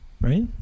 right